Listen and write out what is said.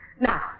Now